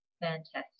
fantastic